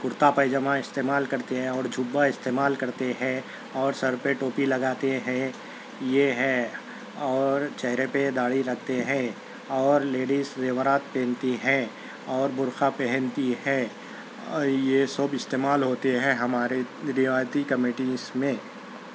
کرتا پیجاما استعمال کرتے ہیں اور جبہ استعمال کرتے ہیں اور سر پہ ٹوپی لگاتے ہیں یہ ہے اور چہرے پہ داڑھی رکھتے ہیں اور لیڈیس زیورات پہنتی ہیں اور برقع پہنتی ہے یہ سب استعمال ہوتے ہیں ہمارے روایتی کمیٹیز میں